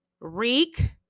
Reek